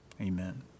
Amen